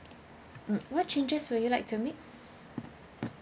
mm what changes would you like to make